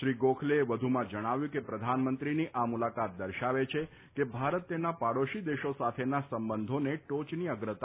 શ્રી ગોખલેએ વધુમાં જણાવ્યું હતું કે પ્રધાનમંત્રીની આ મુલાકાત દર્શાવે છે કે ભારત તેના પાડોશી દેશો સાથેના સંબંધોને ટોચની અગ્રતા આપે છે